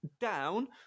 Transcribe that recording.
down